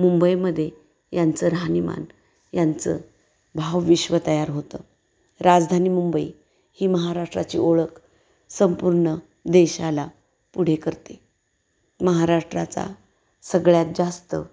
मुंबईमध्ये यांचं राहणीमान यांचं भावविश्व तयार होतं राजधानी मुंबई ही महाराष्ट्राची ओळख संपूर्ण देशाला पुढे करते महाराष्ट्राचा सगळ्यात जास्त